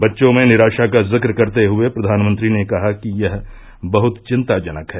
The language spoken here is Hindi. बच्चों में निराशा का जिक्र करते हुए प्रधानमंत्री ने कहा कि यह बहुत चिंताजनक है